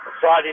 Friday